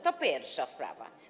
To pierwsza sprawa.